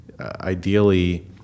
Ideally